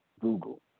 Google